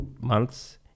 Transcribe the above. months